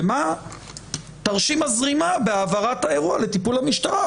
ומה תרשים הזרימה בהעברת האירוע לטיפול המשטרה?